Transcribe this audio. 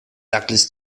douglas